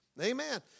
amen